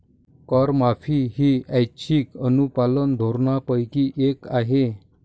करमाफी ही ऐच्छिक अनुपालन धोरणांपैकी एक आहे